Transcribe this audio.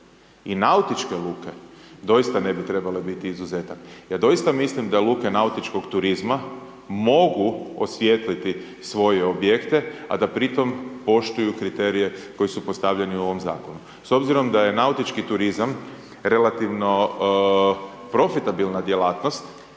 i nautičke luke doista ne bi trebale biti izuzetak. Ja doista mislim da luke nautičkog turizma mogu osvijetliti svoje objekte a da pri tome poštuju kriterije koji su postavljeni u ovom zakonu. S obzirom da je nautički turizam relativno profitabilna djelatnost